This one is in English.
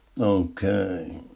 Okay